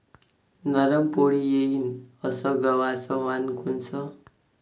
नरम पोळी येईन अस गवाचं वान कोनचं?